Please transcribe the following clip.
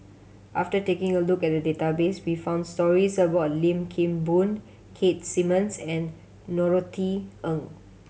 after taking a look at the database we found stories about Lim Kim Boon Keith Simmons and Norothy Ng